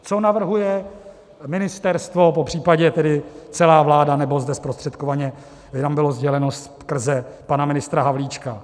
Co navrhuje ministerstvo, popřípadě tedy celá vláda, nebo zde zprostředkovaně nám bylo sděleno skrze pana ministra Havlíčka?